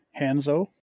Hanzo